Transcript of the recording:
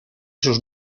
sus